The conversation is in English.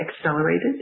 accelerated